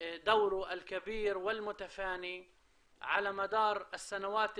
מאוד את התפקיד החשוב והמסור במהלך השנים האחרונות